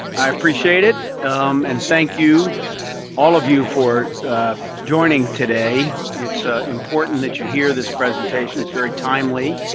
i appreciate it and thank you all of you for joining today. it's ah important that you hear this presentation. it's very timely.